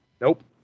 Nope